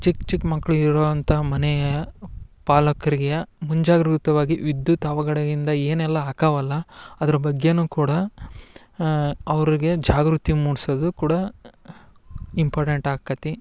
ಚಿಕ್ಕ ಚಿಕ್ಕ ಮಕ್ಕಳು ಇರುವಂಥ ಮನೆಯ ಪಾಲಕರಿಗೆ ಮುಂಜಾಗ್ರತವಾಗಿ ವಿದ್ಯುತ್ ಅವಘಡದಿಂದ ಏನೆಲ್ಲ ಆಕಾವಲ್ಲ ಅದ್ರ ಬಗ್ಗೆಯೂ ಕೂಡ ಅವ್ರಿಗೆ ಜಾಗೃತಿ ಮೂಡಿಸೋದು ಕೂಡ ಇಂಪಾರ್ಟೆಂಟ್ ಆಕತಿ